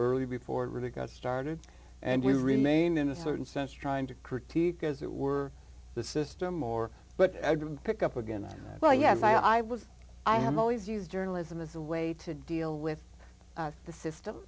early before it really got started and we remain in a certain sense trying to critique as it were the system more but i didn't pick up again that well yes i was i have always used journalism as a way to deal with the system